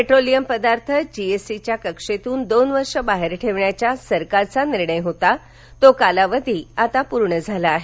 petroleum पदार्थ जीएसटीच्या कक्षेतून दोन वर्ष बाहेर ठेवण्याच्या सरकारचा निर्णय होता तो कालावधी आता पूर्ण झाला आहे